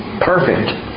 Perfect